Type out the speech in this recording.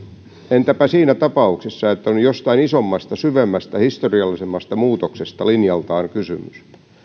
entäpä siinä tapauksessa että on jostain isommasta syvemmästä historiallisemmasta muutoksesta linjaltaan kysymys